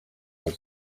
yacu